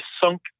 sunk